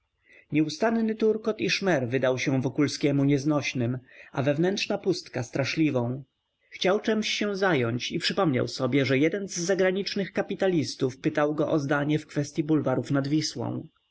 turkot i szmer wydał się wokulskiemu nieznośnym a wewnętrzna pustka straszliwą chciał czemś się zająć i przypomniał sobie że jeden z zagranicznych kapitalistów pytał go o zdanie w kwestyi bulwarów nad wisłą